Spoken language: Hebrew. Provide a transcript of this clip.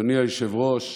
אדוני היושב-ראש,